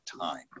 time